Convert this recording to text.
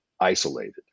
isolated